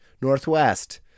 northwest